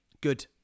Good